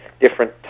different